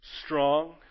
strong